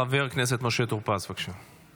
חבר הכנסת משה טור פז, בבקשה.